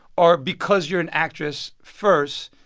or because you're an actress first,